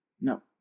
No